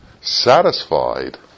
satisfied